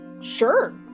sure